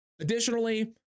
Additionally